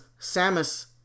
Samus